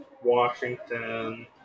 Washington